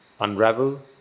unravel